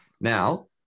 Now